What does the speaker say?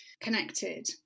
connected